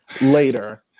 later